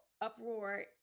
uproar